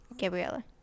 Gabriella